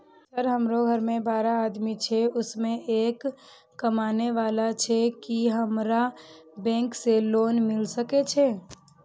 Sir हमरो घर में बारह आदमी छे उसमें एक कमाने वाला छे की हमरा बैंक से लोन मिल सके छे?